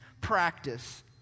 practice